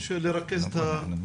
בבקשה.